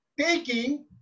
Taking